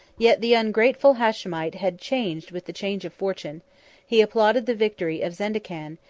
yet the ungrateful hashemite had changed with the change of fortune he applauded the victory of zendecan,